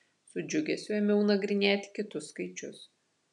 su džiugesiu ėmiau nagrinėti kitus skaičius